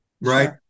Right